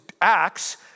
Acts